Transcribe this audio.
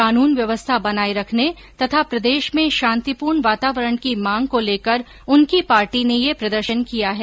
कानून व्यवस्था बनाए रखने तथा प्रदेश में शांतिपूर्ण वातावरण की मांग को लेकर उनकी पार्टी ने यह प्रदर्शन किया है